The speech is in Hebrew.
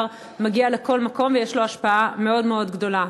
מגיע לכל מקום ויש לו השפעה מאוד מאוד גדולה.